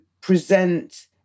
present